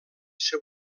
seu